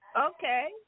Okay